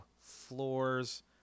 floors